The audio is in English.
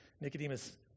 Nicodemus